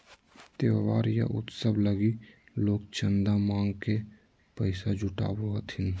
त्योहार या उत्सव लगी लोग चंदा मांग के पैसा जुटावो हथिन